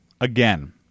again